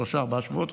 שלושה-ארבעה שבועות,